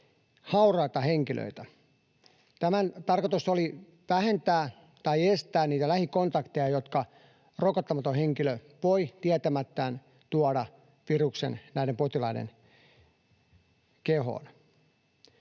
hauraita henkilöitä. Tämän tarkoitus oli vähentää tai estää niitä lähikontakteja, joilla rokottamaton henkilö voi tietämättään tuoda viruksen näiden potilaiden kehoon.